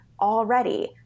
already